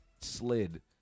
Slid